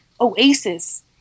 oasis